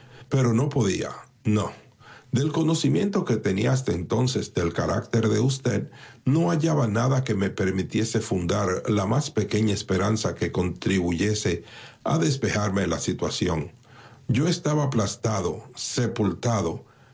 pero no podía no del conocimiento que tenía hasta entonces del carácter de usted no hallaba nada que me permitiese fundar la más pequeña esperanza que contribuyese a despejarme la situación yo estaba aplastado sepultado